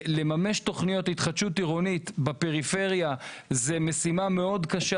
לממש תוכניות להתחדשות עירונית בפריפריה זה משימה מאוד קשה